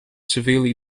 severely